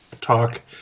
talk